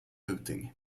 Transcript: looting